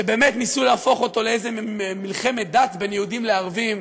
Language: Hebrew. שבאמת ניסו להפוך אותו לאיזה מלחמת דת בין יהודים לערבים,